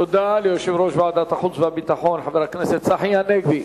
תודה ליושב-ראש ועדת החוץ והביטחון חבר הכנסת צחי הנגבי.